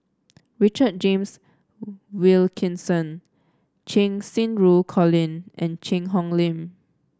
Richard James Wilkinson Cheng Xinru Colin and Cheang Hong Lim